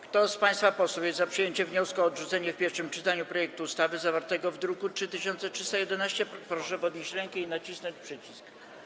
Kto z państwa posłów jest za przyjęciem wniosku o odrzucenie w pierwszym czytaniu projektu ustawy zawartego w druku nr 3311, proszę podnieść rękę i nacisnąć przycisk.